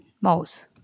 mouse